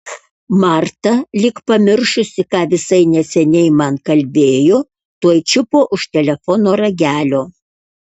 marta lyg pamiršusi ką visai neseniai man kalbėjo tuoj čiupo už telefono ragelio